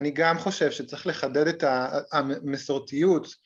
‫אני גם חושב שצריך לחדד ‫את המסורתיות.